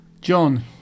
John